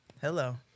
hello